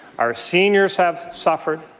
our seniors have suffered,